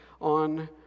on